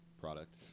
product